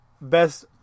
best